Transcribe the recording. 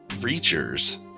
creatures